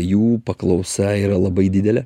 jų paklausa yra labai didelė